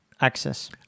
Access